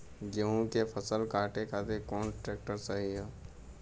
गेहूँ के फसल काटे खातिर कौन ट्रैक्टर सही ह?